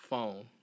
Phone